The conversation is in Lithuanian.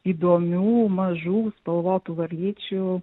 įdomių mažų spalvotų varlyčių